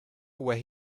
where